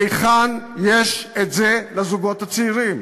מהיכן יש לזוגות הצעירים